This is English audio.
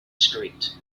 street